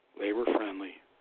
labor-friendly